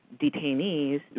Detainees